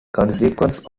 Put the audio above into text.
consequence